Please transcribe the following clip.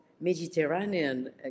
mediterranean